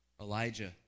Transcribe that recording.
Elijah